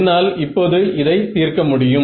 என்னால் இப்போது இதை தீர்க்க முடியும்